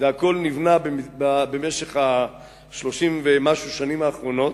והכול נבנה במשך 30 ומשהו השנים האחרונות.